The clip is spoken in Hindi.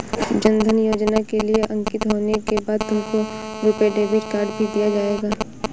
जन धन योजना के लिए अंकित होने के बाद तुमको रुपे डेबिट कार्ड भी दिया जाएगा